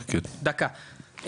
דקה,